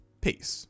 peace